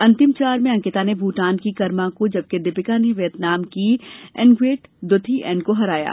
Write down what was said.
अंतिम चार में अंकिता ने भूटान की कर्मा को जबकि दीपिका ने वियतनाम की एनगुएट डोथि एन को हराया था